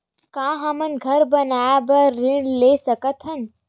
का हमन घर बनाए बार ऋण ले सकत हन?